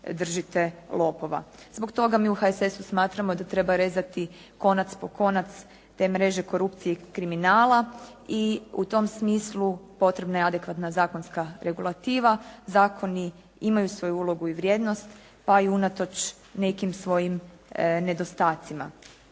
držite lopova. Zbog toga mi u HSS-u smatramo da treba rezati konac po konac te mreže korupcije i kriminala i u tom smislu potrebna je adekvatna zakonska regulativa. Zakoni imaju svoju ulogu i vrijednost pa i unatoč nekim svojim nedostacima.